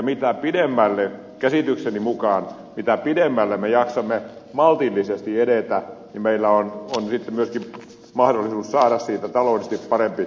mitä pidemmälle käsitykseni mukaan me jaksamme maltillisesti edetä meillä on myöskin mahdollisuus saada siitä taloudellisesti parempi hinta